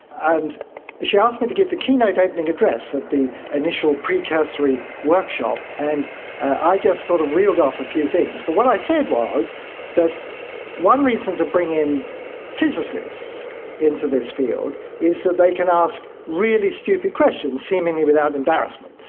and she asked me to give the keynote opening address at the initial pre-cursory workshop, and i just sort of reeled off a few things. but what i said was that one reason to bring in physicists into this field is that they can ask really stupid questions, seemingly without embarrassment.